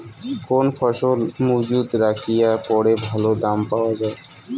কোন ফসল মুজুত রাখিয়া পরে ভালো দাম পাওয়া যায়?